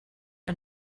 ein